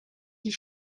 die